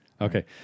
Okay